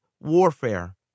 warfare